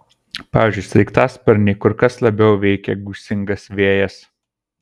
pavyzdžiui sraigtasparnį kur kas labiau veikia gūsingas vėjas